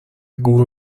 گور